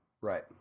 right